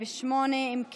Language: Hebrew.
48. אם כן,